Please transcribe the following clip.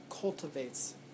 cultivates